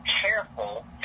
careful